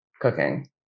cooking